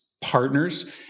Partners